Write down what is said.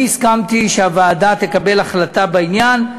אני הסכמתי שהוועדה תקבל החלטה בעניין.